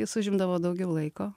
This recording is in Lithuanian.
jis užimdavo daugiau laiko